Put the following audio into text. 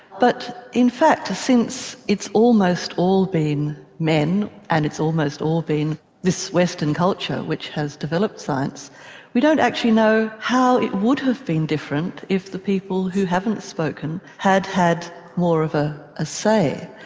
but in fact since it's almost all been men and it's almost all been this western culture which has developed science we don't actually know how it would have been different if the people who haven't spoken had had more of a ah say.